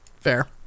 Fair